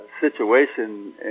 situation